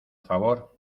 favor